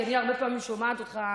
כי אני הרבה פעמים שומעת אותך,